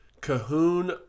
Cahoon